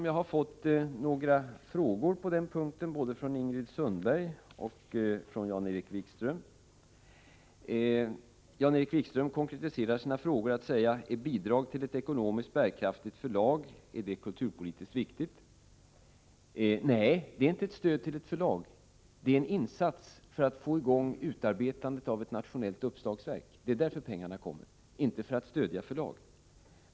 Jag har fått frågor från både Ingrid Sundberg och Jan-Erik Wikström om uppslagsverk. Jan-Erik Wikström konkretiserar sina frågor genom att fråga: Är bidrag till ett ekonomiskt bärkraftigt förlag kulturpolitiskt riktigt? Nej, det är inte fråga om stöd till ett förlag. Det är en insats för att få i gång utarbetandet av ett nationellt uppslagsverk. Det är för detta ändamål som pengarna lämnas, inte för att stödja förlaget.